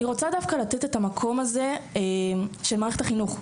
אני רוצה לתת את המקום הזה של מערכת החינוך.